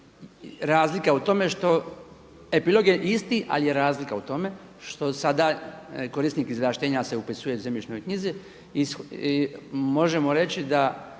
razlika je u tome što epilog je isti ali je razlika u tome što sada korisnik izvlaštenja se upisuje u zemljišnoj knjizi možemo reći da